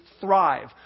thrive